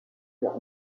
odeur